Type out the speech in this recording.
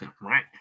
right